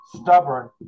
stubborn